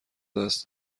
دست